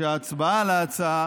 שההצבעה על ההצעה